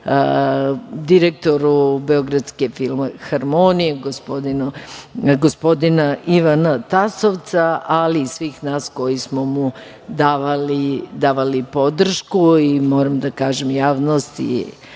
direktoru Beogradske filharmonije, gospodina Ivana Tasovca, ali i svih nas koji smo mu davali podršku. Moram da kažem javnosti